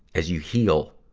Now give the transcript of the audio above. as you heal,